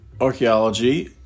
archaeology